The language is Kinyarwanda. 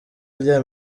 rya